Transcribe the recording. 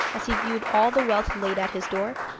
as he viewed all the wealth laid at his door,